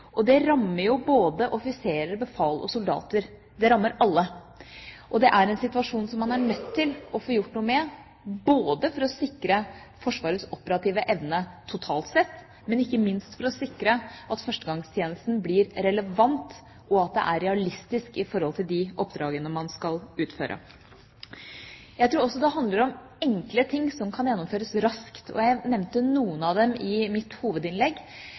Det rammer både offiserer, befal og soldater – det rammer alle. Det er en situasjon man er nødt til å få gjort noe med, både for å sikre Forsvarets operative evne totalt sett og ikke minst for å sikre at førstegangstjenesten blir relevant, og at den er realistisk med tanke på de oppdragene man skal utføre. Jeg tror også det handler om enkle ting som kan gjennomføres raskt. Jeg nevnte noen av dem i mitt hovedinnlegg.